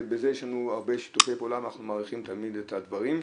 בזה יש לנו הרבה שיתופי פעולה ואנחנו מעריכים תמיד את הדברים.